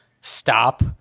stop